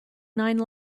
nine